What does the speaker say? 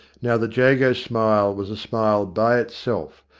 now the jago smile was a smile by itself,